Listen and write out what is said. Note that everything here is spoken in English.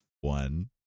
one